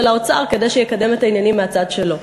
האוצר כדי שיקדם את העניינים מהצד שלו.